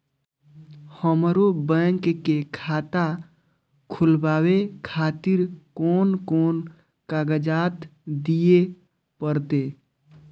हमरो बैंक के खाता खोलाबे खातिर कोन कोन कागजात दीये परतें?